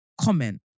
comment